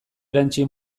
erantsi